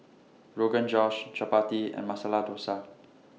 Rogan Josh Chapati and Masala Dosa